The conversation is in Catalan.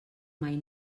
mai